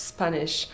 Spanish